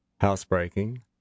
Housebreaking